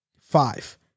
five